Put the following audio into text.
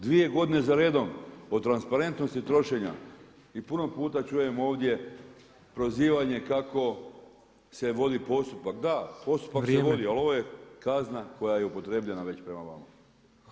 Dvije godine za redom o transparentnosti trošenja i puno puta čujemo ovdje prozivanje kako se vodi postupak, [[Upadica predsjednik: Vrijeme.]] da postupak se vodi ali ovo je kazna koja je upotrijebljena već prema vama.